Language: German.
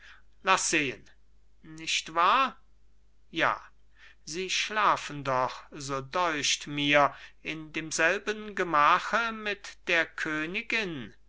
laß sehen nicht wahr ja sie schlafen doch so deucht mir in demselben gemache mit der königin